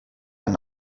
ein